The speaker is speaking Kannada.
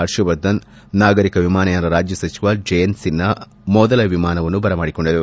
ಪರ್ಷವರ್ಧನ್ ನಾಗರಿಕ ವಿಮಾನಯಾನ ರಾಜ್ಯ ಸಚಿವ ಜಯಂತ್ ಸಿನ್ಹಾ ಮೊದಲ ವಿಮಾನವನ್ನು ಬರಮಾಡಿಕೊಂಡರು